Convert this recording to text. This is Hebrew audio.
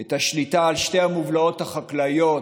את השליטה, על שתי המובלעות החקלאיות